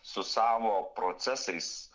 su savo procesais